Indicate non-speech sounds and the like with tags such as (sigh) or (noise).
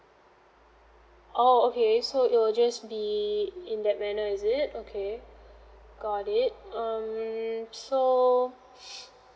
oh okay so it will just be in that manner is it okay got it um so (noise)